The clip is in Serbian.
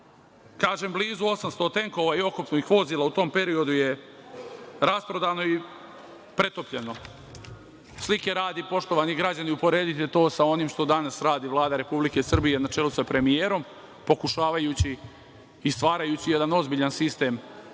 Kažem blizu 800 tenkova i oklopnih vozila u tom periodu je rasprodano i pretopljeno. Slike radi, poštovani građani, uporedite to sa onim što danas radi Vlada Republike Srbije, na čelu sa premijerom, pokušavajući i stvarajući jedan ozbiljan sistem, sistem